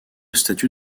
statut